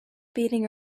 beating